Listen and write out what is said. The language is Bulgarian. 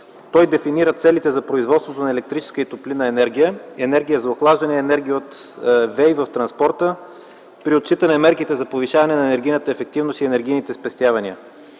Той дефинира целите за производството на електрическа и топлинна енергия, енергия за охлаждане и енергия от ВЕИ в транспорта при отчитане мерките за повишаване на енергийната ефективност и енергийните спестявания.